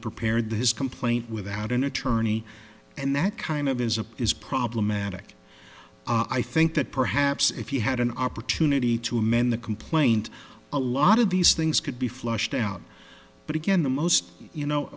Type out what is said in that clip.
prepared his complaint without an attorney and that kind of his appears problematic i think that perhaps if he had an opportunity to amend the complaint a lot of these things could be flushed out but again the most you know